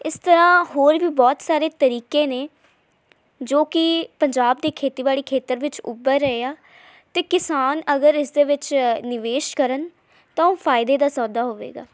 ਇਸ ਤਰ੍ਹਾਂ ਹੋਰ ਵੀ ਬਹੁਤ ਸਾਰੇ ਤਰੀਕੇ ਨੇ ਜੋ ਕਿ ਪੰਜਾਬ ਦੀ ਖੇਤੀਬਾੜੀ ਖੇਤਰ ਵਿੱਚ ਉੱਭਰ ਰਹੇ ਆ ਅਤੇ ਕਿਸਾਨ ਅਗਰ ਇਸ ਦੇ ਵਿੱਚ ਨਿਵੇਸ਼ ਕਰਨ ਤਾਂ ਉਹ ਫਾਇਦੇ ਦਾ ਸੌਦਾ ਹੋਵੇਗਾ